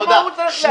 למה הוא צריך להחליט?